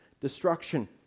destruction